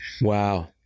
Wow